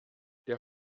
der